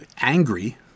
angry